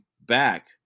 back